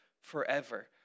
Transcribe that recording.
forever